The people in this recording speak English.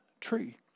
tree